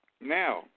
Now